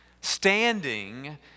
standing